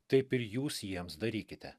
taip ir jūs jiems darykite